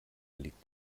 liegt